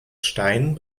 stein